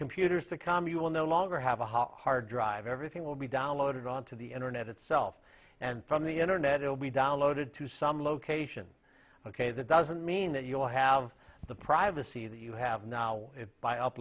computers the com you will no longer have a hard drive everything will be downloaded onto the internet itself and from the internet it will be downloaded to some location ok that doesn't mean that you'll have the privacy that you have now by up